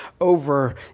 over